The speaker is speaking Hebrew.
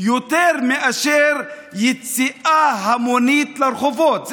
יותר מיציאה המונית לרחובות.